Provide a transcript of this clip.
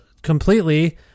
completely